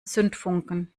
zündfunken